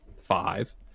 five